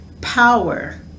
Power